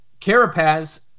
Carapaz